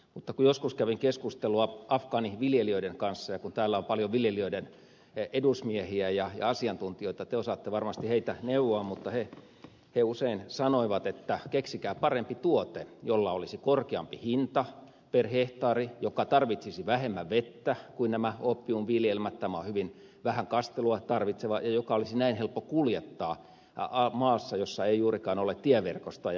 mutta kun joskus kävin keskustelua afgaaniviljelijöiden kanssa ja kun täällä on paljon viljelijöiden edusmiehiä ja asiantuntijoita te osaatte varmasti heitä neuvoa mutta he usein sanoivat että keksikää parempi tuote jolla olisi korkeampi hinta per hehtaari joka tarvitsisi vähemmän vettä kuin nämä oopiumiviljelmät tämä on hyvin vähän kastelua tarvitseva ja joka olisi näin helppo kuljettaa maassa jossa ei juurikaan ole tieverkostoa ja muuta